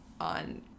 on